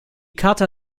charta